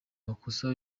makosa